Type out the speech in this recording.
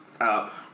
up